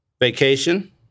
vacation